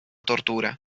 tortura